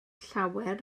llawer